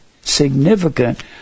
significant